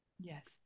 yes